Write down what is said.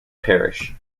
parish